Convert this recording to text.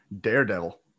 Daredevil